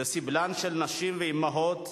לסבלן של נשים ואמהות